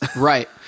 Right